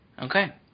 Okay